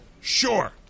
Sure